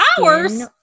hours